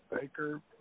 Baker